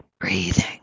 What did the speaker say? breathing